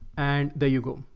and there you go.